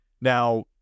Now